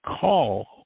call